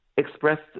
Expressed